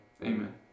Amen